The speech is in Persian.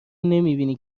نمیبینی